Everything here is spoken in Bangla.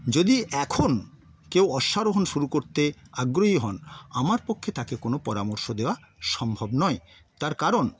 যদি এখন কেউ অশ্বারোহণ শুরু করতে আগ্রহী হন আমার পক্ষে তাকে কোনো পরামর্শ দেওয়া সম্ভব নয় তার কারণ